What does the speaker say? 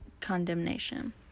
condemnation